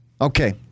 Okay